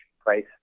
price